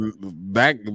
back